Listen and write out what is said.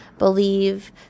believe